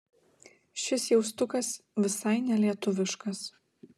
šis jaustukas visai nelietuviškas